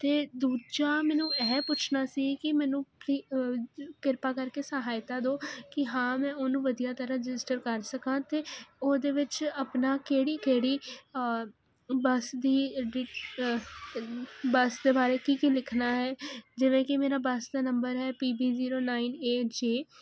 ਅਤੇ ਦੂਜਾ ਮੈਨੂੰ ਇਹ ਪੁੱਛਣਾ ਸੀ ਕਿ ਮੈਨੂੰ ਕਿ ਕਿਰਪਾ ਕਰਕੇ ਸਹਾਇਤਾ ਦੋ ਕੀ ਹਾਂ ਮੈਂ ਉਹਨੂੰ ਵਧੀਆ ਤਰ੍ਹਾਂ ਰਜਿਸਟਰ ਕਰ ਸਕਾਂ ਅਤੇ ਉਹਦੇ ਵਿੱਚ ਆਪਣਾ ਕਿਹੜੀ ਕਿਹੜੀ ਬਸ ਦੀ ਬਸ ਦੇ ਬਾਰੇ ਕੀ ਕੀ ਲਿਖਣਾ ਹੈ ਜਿਵੇਂ ਕਿ ਮੇਰਾ ਬੱਸ ਦਾ ਨੰਬਰ ਹੈ ਪੀਬੀ ਜ਼ੀਰੋ ਨਾਈਨ ਏ ਜੇ